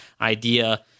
idea